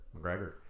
McGregor